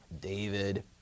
David